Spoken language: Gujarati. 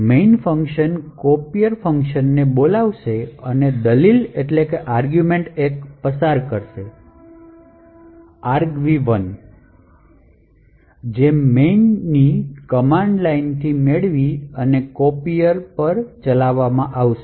મેઇન ફંક્શન copier ફંક્શનને બોલાવશે અને દલીલ 1 પસાર કરશે argv1 જે મેઇનની કમાંડ લાઇન થી મેળવી અને copier પછી ચાલશે